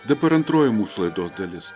dabar antroji mūsų laidos dalis